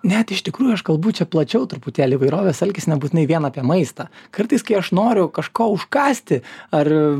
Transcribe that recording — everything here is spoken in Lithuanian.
net iš tikrųjų aš galbūt čia plačiau truputėlį įvairovės alkis nebūtinai vien apie maistą kartais kai aš noriu kažko užkąsti ar